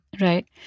Right